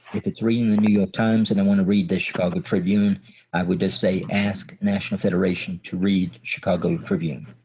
if it's reading the new york times and i want to read the chicago tribune i would just say ask national federation to read chicago tribune.